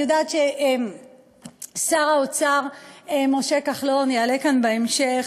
אני יודעת ששר האוצר משה כחלון יעלה כאן בהמשך,